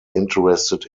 interested